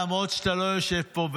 למרות שאתה לא יושב פה,